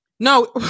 No